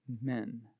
men